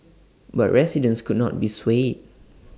but residents could not be swayed